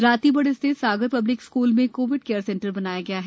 रातीबड़ स्थित Sagar public school में Covid care centre बनाया गया है